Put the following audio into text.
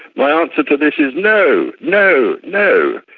my answer to this is no, no, no.